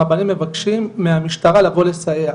רבנים מבקשים מהמשטרה לבוא לסייע.